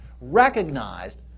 recognized